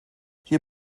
hier